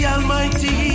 Almighty